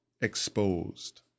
Exposed